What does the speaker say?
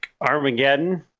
Armageddon